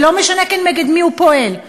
ולא משנה נגד מי הוא פועל,